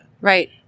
Right